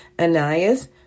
Ananias